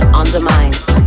undermined